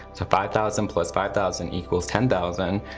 so five thousand plus five thousand equals ten thousand.